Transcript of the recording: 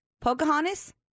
Pocahontas